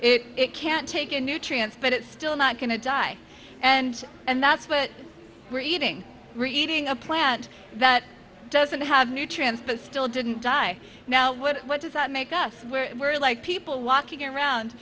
plant it can take in nutrients but it's still not going to die and and that's what we're eating reading a plant that doesn't have nutrients but still didn't die now what does that make us where we're like people walking around